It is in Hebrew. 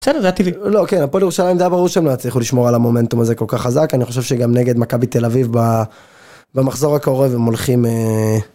לא, כן, הפועל ירושלים זה היה ברור שלא יצליחו לשמור על המומנטום הזה כל כך חזק, אני חושב שגם נגד מכבי תל אביב במחזור הקרוב הם הולכים